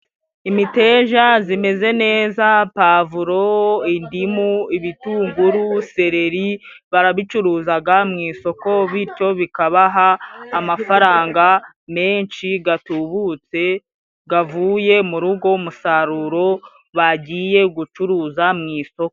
Imiteja zimeze neza, pavuro, indimu, ibitunguru, sereri, barabicuruzaga mu isoko, bityo bikabaha amafaranga menshi gatubutse gavuye muri ugo musaruro bagiye gucuruza mu isoko.